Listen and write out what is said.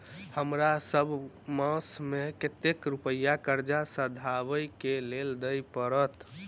हमरा सब मास मे कतेक रुपया कर्जा सधाबई केँ लेल दइ पड़त?